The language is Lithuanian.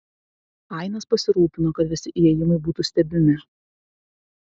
ainas pasirūpino kad visi įėjimai būtų stebimi